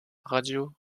radio